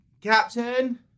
Captain